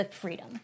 freedom